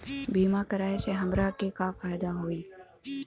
बीमा कराए से हमरा के का फायदा होई?